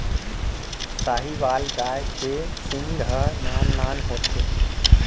साहीवाल गाय के सींग ह नान नान होथे